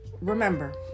Remember